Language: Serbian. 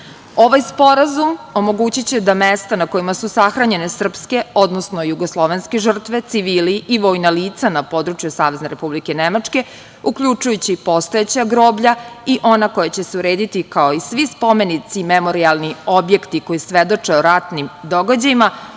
sporazum omogućiće da mesta na kojima su sahranjene srpske, odnosno jugoslovenske žrtve, civili i vojna lica, na području Savezne Republike Nemačke, uključujući postojeća groblja i ona koja će se urediti, kao i svi spomenici, memorijalni objekti koji svedoče o ratnim događajima,